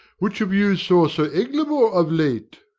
which of you saw sir eglamour of late?